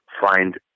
find